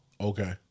Okay